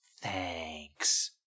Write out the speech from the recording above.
thanks